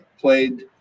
played